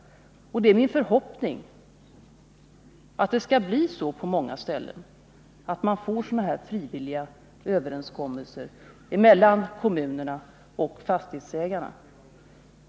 Och det är min förhoppning att det på många ställen skall bli så, att man får sådana frivilliga överenskommelser mellan kommunerna och fastighetsägarna.